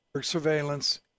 surveillance